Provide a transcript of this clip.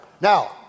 Now